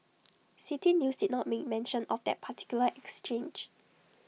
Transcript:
City News did not make mention of that particular exchange